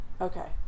Okay